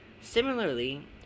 Similarly